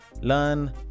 Learn